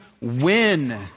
win